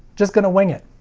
just gonna wing it.